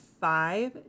five